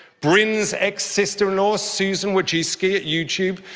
brin's ex-sister-in-law, susan wojcicki at youtube,